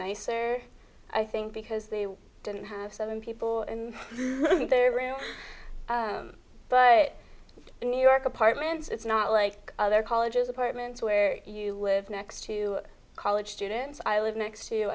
nicer i think because they didn't have seven people in their room but in new york apartments it's not like other colleges apartments where you live next to college students i live next to